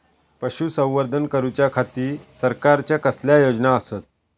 पशुसंवर्धन करूच्या खाती सरकारच्या कसल्या योजना आसत?